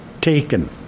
taken